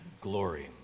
glory